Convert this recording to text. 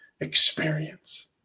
experience